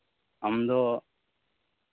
ᱟᱢ ᱫᱚ